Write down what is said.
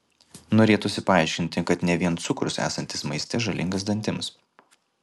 norėtųsi paaiškinti kad ne vien cukrus esantis maiste žalingas dantims